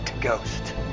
Ghost